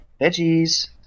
Veggies